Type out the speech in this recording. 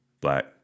black